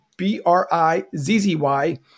B-R-I-Z-Z-Y